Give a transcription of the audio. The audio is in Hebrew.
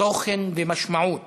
בתוכן ומשמעות